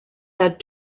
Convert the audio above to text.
had